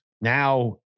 now